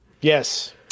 Yes